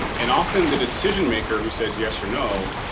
and often the decision maker who says yes or no,